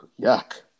Yuck